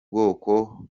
bwoko